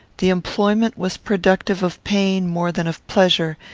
the employment was productive of pain more than of pleasure,